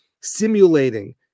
simulating